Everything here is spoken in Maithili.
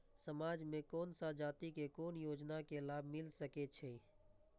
समाज में कोन सा जाति के कोन योजना के लाभ मिल सके छै?